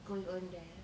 going on there